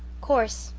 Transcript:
course,